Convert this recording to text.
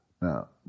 Now